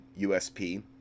usp